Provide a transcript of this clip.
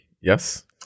yes